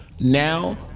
Now